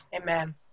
Amen